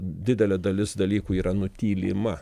didelė dalis dalykų yra nutylima